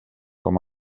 com